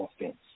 offense